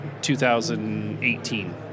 2018